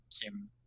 Kim